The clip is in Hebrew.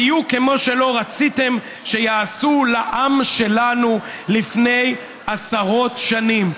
בדיוק כמו שלא רציתם שיעשו לעם שלנו לפני עשרות שנים.